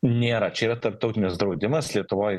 nėra čia yra tarptautinis draudimas lietuvoj